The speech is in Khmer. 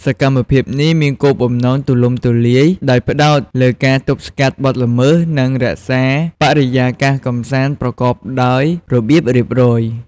សកម្មភាពនេះមានគោលបំណងទូលំទូលាយ ដោយផ្តោតលើការទប់ស្កាត់បទល្មើស និងរក្សាបរិយាកាសកម្សាន្តប្រកបដោយរបៀបរៀបរយ។